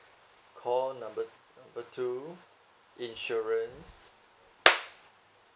call number number two insurance